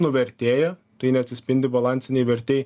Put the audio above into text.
nuvertėja tai neatsispindi balansinei vertei